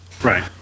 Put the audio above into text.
Right